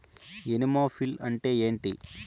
Anemophily అంటే ఏంటి?